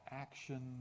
action